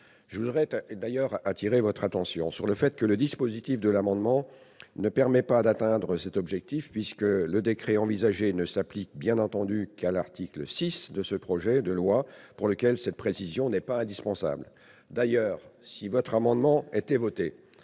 les outre-mer. J'appelle votre attention sur le fait que le dispositif de ces deux amendements identiques ne permet pas d'atteindre cet objectif, puisque le décret envisagé ne s'applique bien entendu qu'à l'article 6 de ce projet de loi pour lequel cette précision n'est pas indispensable. D'ailleurs, si ces amendements étaient